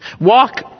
Walk